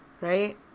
right